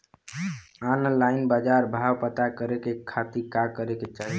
Online बाजार भाव पता करे के खाती का करे के चाही?